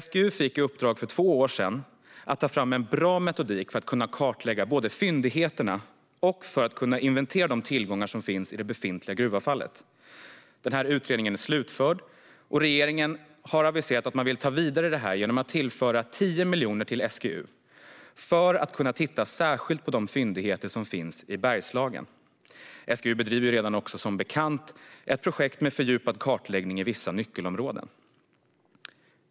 För två år sedan fick SGU i uppdrag att ta fram en bra metodik för att kunna kartlägga fyndigheterna och för att kunna inventera de tillgångar som finns i det befintliga gruvavfallet. Utredningen är nu slutförd. Regeringen har aviserat att man vill ta det här arbetet vidare genom att tillföra 10 miljoner till SGU för att SGU särskilt ska kunna titta på de fyndigheter som finns i Bergslagen. SGU bedriver redan, som bekant, ett projekt där man arbetar med fördjupad kartläggning i vissa nyckelområden.